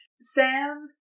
Sam